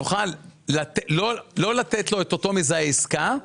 נוכל לא לתת לו את אותו מזהה עסקה.